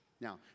Now